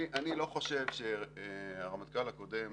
אני לא חושב שהרמטכ"ל הקודם